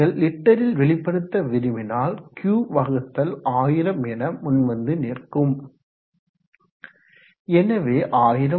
நீங்கள் லிட்டரில் வெளிப்படுத்த விரும்பினால் Q வகுத்தல் 1000 என முன்வந்து நிற்கும் எனவே 1000×9